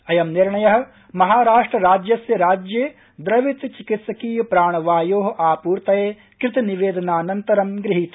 अयं निर्णय महाराष्ट्र राज्यस्य राज्ये द्रवित चिकित्सकीय प्राणवायोः आपूर्तये कृतनिवेदनान्तरं गृहीत